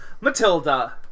Matilda